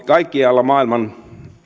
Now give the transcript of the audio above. kaikkialla maailman